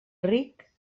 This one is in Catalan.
ric